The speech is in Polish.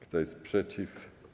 Kto jest przeciw?